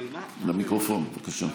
בבקשה.